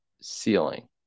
ceiling